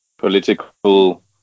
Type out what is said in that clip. political